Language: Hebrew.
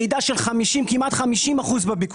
אנחנו נמצאים בירידה של כמעט 50% בביקושים,